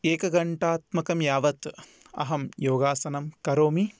एकघण्टात्मकं यावत् अहं योगासनं करोमि